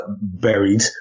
buried